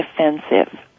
defensive